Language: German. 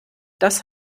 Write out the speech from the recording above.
das